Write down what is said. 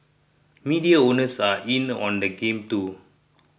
media owners are in on the game too